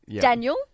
Daniel